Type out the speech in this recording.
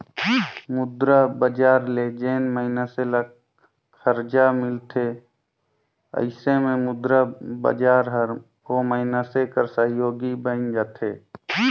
मुद्रा बजार ले जेन मइनसे ल खरजा मिलथे अइसे में मुद्रा बजार हर ओ मइनसे कर सहयोगी बइन जाथे